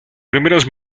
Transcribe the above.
primeros